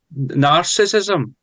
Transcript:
narcissism